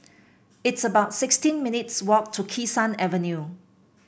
it's about sixteen minutes' walk to Kee Sun Avenue